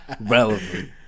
Relevant